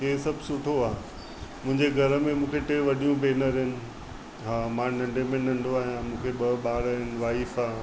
इहे सभु सुठो आहे मुंहिंजे घर में मूंखे टे वॾियूं भेनर आहिनि हा मां नंढे में नंढो आहियां मूंखे ॿ ॿार आहिनि वाइफ़ आहे